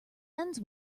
ends